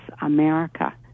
America